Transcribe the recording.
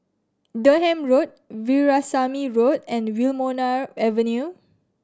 Durham Road Veerasamy Road and Wilmonar Avenue